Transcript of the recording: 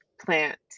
plant